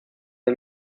del